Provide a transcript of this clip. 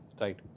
Right